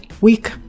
week